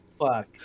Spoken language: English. fuck